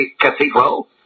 Cathedral